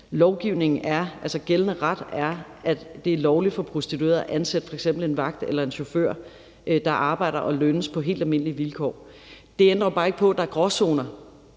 gældende ret, er, at det er lovligt for prostituerede at ansætte f.eks. en vagt eller en chauffør, der arbejder og lønnes på helt almindelige vilkår. Det ændrer jo bare ikke på, at der er gråzoner